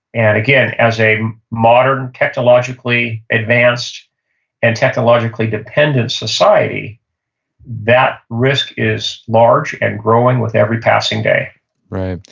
and again, as a modern technologically advanced and technologically dependence society that risk is large and growing with every passing day right.